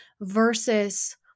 versus